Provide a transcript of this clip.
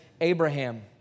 Abraham